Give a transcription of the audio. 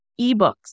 ebooks